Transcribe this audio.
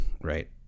right